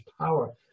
power